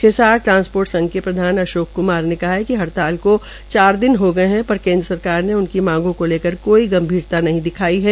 Hisar transport संघ के प्रधान अशोक क्मार ने कहा कि हड़ताल को चार दिन हो गये है पर केन्द्र सरकार ने उनकी मांगों को लेकर कोई गंभीरता नहीं दिखाई है